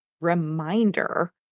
reminder